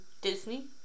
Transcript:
Disney